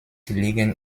liegen